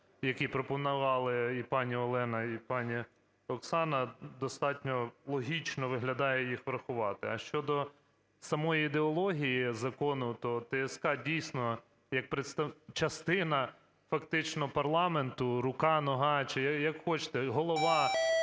які пропонували і пані Олена, і пані Оксана. Достатньо логічно виглядає їх врахувати. А щодо самої ідеології закону, то ТСК дійсно як частина фактично парламенту – рука, нога чи як хочете, голова